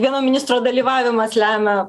vieno ministro dalyvavimas lemia